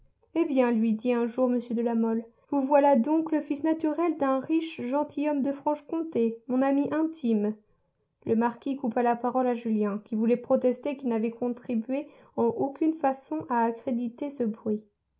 eh bien lui dit un jour m de la mole vous voilà donc le fils naturel d'un riche gentilhomme de franche-comté mon ami intime le marquis coupa la parole à julien qui voulait protester qu'il n'avait contribué en aucune façon à accréditer ce bruit